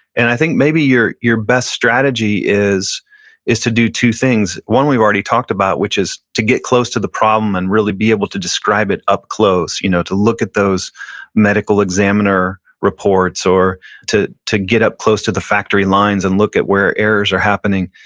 and i think maybe your your best strategy is is to do two things. one we've already talked about, which is to get close to the problem and really be able to describe it up close you know to look at those medical examiner reports or to to get up close to the factory lines and look at where errors are happening.